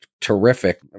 terrific